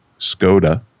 Skoda